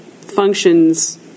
functions